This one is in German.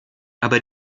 aber